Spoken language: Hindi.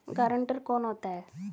गारंटर कौन होता है?